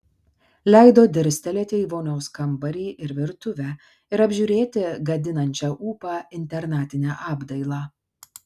leido dirstelėti į vonios kambarį ir virtuvę ir apžiūrėti gadinančią ūpą internatinę apdailą